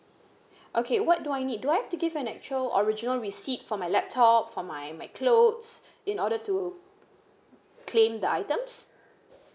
okay what do I need do I to give an actual original receipt for my laptop for my my clothes in order to claim the items